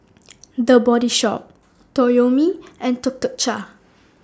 The Body Shop Toyomi and Tuk Tuk Cha